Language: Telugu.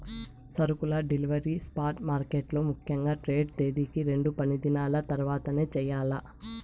సరుకుల డెలివరీ స్పాట్ మార్కెట్లలో ముఖ్యంగా ట్రేడ్ తేదీకి రెండు పనిదినాల తర్వాతనే చెయ్యాల్ల